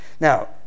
Now